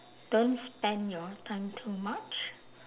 don't spend your time too much